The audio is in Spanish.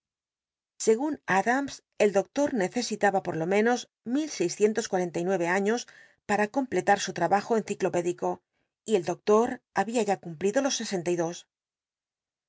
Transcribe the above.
segun adams el doctor necesitaba por lo menos mil seiscientos cuarenta y nueve años para completar su trabaj o enciclopédico y el doclor habia ya cumplido los